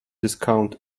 discount